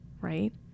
right